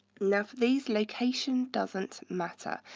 now for these, location doesn't matter.